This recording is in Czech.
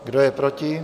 Kdo je proti?